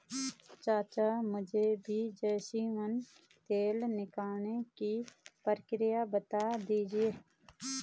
चाचा मुझे भी जैस्मिन तेल निकालने की प्रक्रिया बता दीजिए